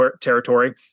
territory